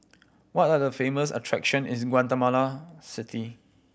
which are the famous attraction is Guatemala City